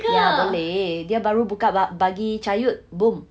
ya boleh dia baru buka ba~ bagi chia yut boom